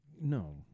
No